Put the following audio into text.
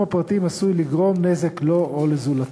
הפרטים עשוי לגרום נזק לו או לזולתו.